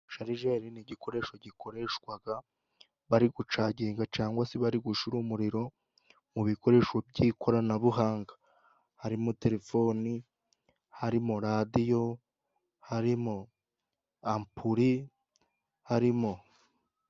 Sharijeri ni igikoresho gikoreshwaga bari gucagenga, cangwa se bari gushira umuriro mu bikoresho by'ikoranabuhanga, harimo telefoni, harimo radiyo, harimo ampuli harimo.